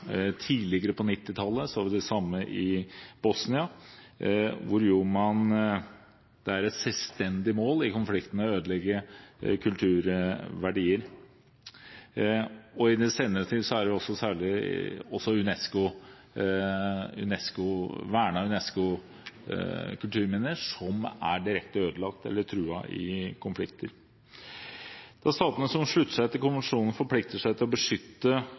Tidligere, på 1990-tallet, så vi det samme i Bosnia, hvor det var et selvstendig mål i konflikten å ødelegge kulturverdier. I den senere tid er det også særlig vernede UNESCO-kulturminner som er direkte ødelagt eller truet i konflikter. De statene som slutter seg til konvensjonen, forplikter seg til å beskytte